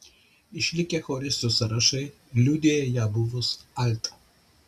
išlikę choristų sąrašai liudija ją buvus altą